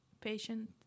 patient